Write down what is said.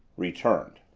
returned.